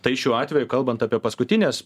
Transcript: tai šiuo atveju kalbant apie paskutinės